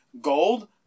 gold